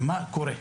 מה קורה?